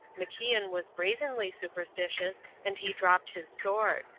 macian was brazenly superstitious, and he dropped his sword.